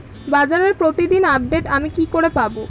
বাজারের প্রতিদিন আপডেট আমি কি করে পাবো?